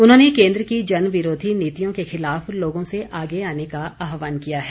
उन्होंने केंद्र की जनविरोधी नीतियों के खिलाफ लोगों से आगे आने का आहवान किया है